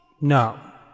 No